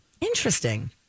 Interesting